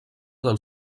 del